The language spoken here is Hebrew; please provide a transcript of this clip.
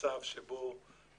למצב שבו אנחנו,